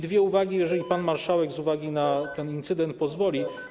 Dwie uwagi, jeżeli pan marszałek z uwagi na ten incydent pozwoli.